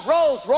Rolls